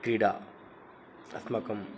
क्रीडा अस्माकम्